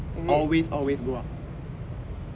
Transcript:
always always go up